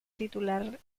titular